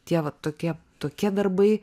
tie va tokie tokie darbai